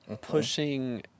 pushing